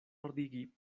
ordigi